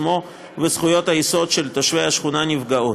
וזכויות היסוד של תושבי השכונה נפגעות.